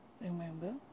remember